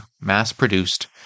mass-produced